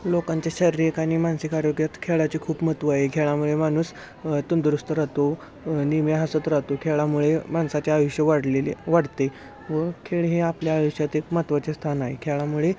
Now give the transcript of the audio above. लोकांच्या शारीरिक आणि मानसिक आरोग्यात खेळाचे खूप महत्त्व आहे खेळामुळे माणूस तंदुरुस्त राहतो नेहमी हसत राहतो खेळामुळे माणसाचे आयुष्य वाढलेले वाढते व खेळ हे आपल्या आयुष्यात एक महत्त्वाचे स्थान आहे खेळामुळे